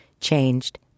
changed